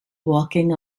walking